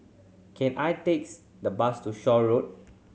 can I takes the bus to Shaw Road